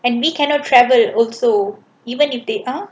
and we cannot travel also even if they are